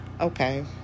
okay